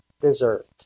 deserved